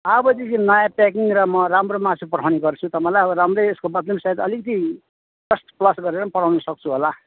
अबदेखि नयाँ प्याकिङ र म राम्रो मासु पठाउने गर्छु तपाईँलाई हो राम्रै यसको बदलीमा अलिकति जस्ट वस् गरेर पनि पठाउनु सक्छु होला